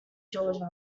georgia